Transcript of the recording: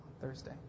Thursday